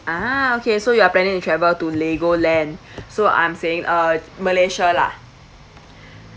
a'ah okay so you are planning to travel to legoland so I'm saying uh malaysia lah